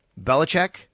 Belichick